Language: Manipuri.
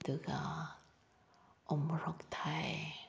ꯑꯗꯨꯒ ꯎꯃꯣꯔꯣꯛ ꯊꯥꯏ